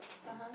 (uh huh)